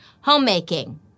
homemaking